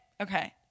Okay